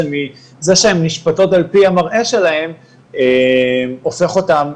מזה שהן נשפטות על פי המראה שלהן הופך אותן,